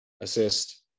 assist